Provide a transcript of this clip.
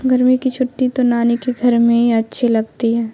گرمی کی چھٹی تو نانی کے گھر میں ہی اچھی لگتی ہے